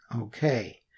Okay